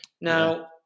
now